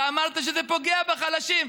אתה אמרת שזה פוגע בחלשים,